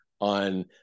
on